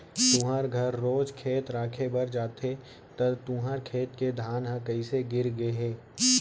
तुँहर घर रोज खेत राखे बर जाथे त तुँहर खेत के धान ह कइसे गिर गे हे?